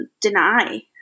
deny